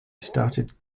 started